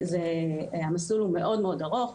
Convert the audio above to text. המסלול הוא מאוד ארוך.